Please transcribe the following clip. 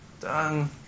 Done